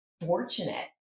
fortunate